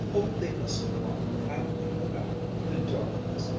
oh, they mustn't walk! i'll take them back the darlings!